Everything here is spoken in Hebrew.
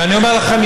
שאני אומר לכם,